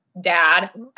dad